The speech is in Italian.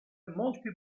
molti